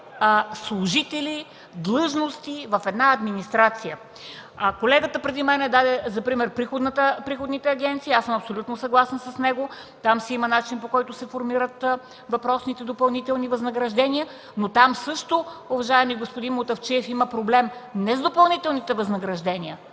служители и длъжности в една администрация. Колегата преди мен даде за пример приходните агенции и аз съм абсолютно съгласна с него. Там си има начин, по който се формират въпросните допълнителни възнаграждения, но там също, уважаеми господин Мутафчиев, има проблем не с допълнителните възнаграждения,